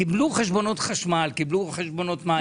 קיבלו חשבונות חשמל, קיבלו חשבונות מים.